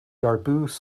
darboux